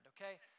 okay